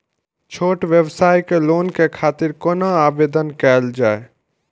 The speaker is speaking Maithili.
छोट व्यवसाय के लोन के खातिर कोना आवेदन कायल जाय?